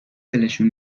دلشون